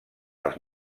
els